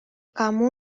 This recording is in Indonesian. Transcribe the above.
kamu